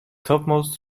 topmost